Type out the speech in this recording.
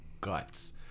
guts